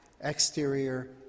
exterior